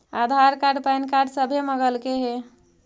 आधार card PAN card सभे मगलके हे?